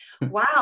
Wow